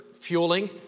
fueling